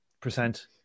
percent